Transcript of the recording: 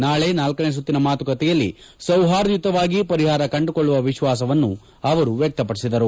ನಾಳೆ ನಾಲ್ಕನೇ ಸುತ್ತಿನ ಮಾತುಕತೆಯಲ್ಲಿ ಸೌಹಾರ್ದಯುತವಾಗಿ ಪರಿಹಾರ ಕಂಡುಕೊಳ್ಳುವ ವಿಶ್ಲಾಸವನ್ನು ಅವರು ವ್ಯಕ್ಲಪದಿಸಿದರು